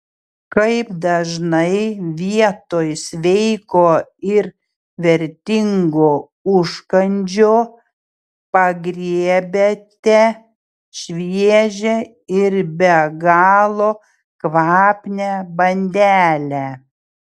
kaip dažnai vietoj sveiko ir vertingo užkandžio pagriebiate šviežią ir be galo kvapnią bandelę